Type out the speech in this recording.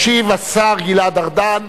ישיב השר גלעד ארדן.